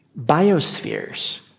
biospheres